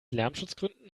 lärmschutzgründen